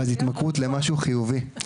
אבל זו התמכרות למשהו חיובי,